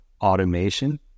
automation